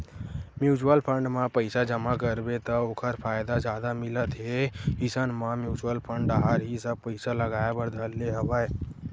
mutual fund म पइसा जमा करबे त ओखर फायदा जादा मिलत हे इसन म म्युचुअल फंड डाहर ही सब पइसा लगाय बर धर ले हवया